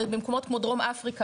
במקומות כמו דרום אפריקה.